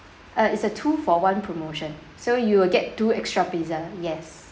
uh it's a two for one promotion so you will get two extra pizza yes